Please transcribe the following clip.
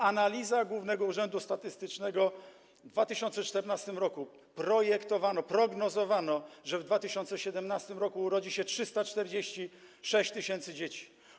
Analiza Głównego Urzędu Statystycznego - w 2014 r. projektowano, prognozowano, że w 2017 r. urodzi się 346 tys. dzieci.